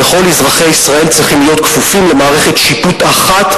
וכל אזרחי ישראל צריכים להיות כפופים למערכת שיפוט אחת,